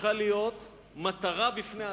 הפכה להיות מטרה בפני עצמה.